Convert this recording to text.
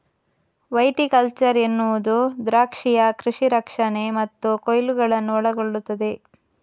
viticulture ಎನ್ನುವುದು ದ್ರಾಕ್ಷಿಯ ಕೃಷಿ ರಕ್ಷಣೆ ಮತ್ತು ಕೊಯ್ಲುಗಳನ್ನು ಒಳಗೊಳ್ಳುತ್ತದೆ